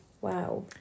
Wow